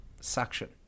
suction